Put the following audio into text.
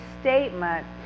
statement